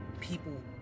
people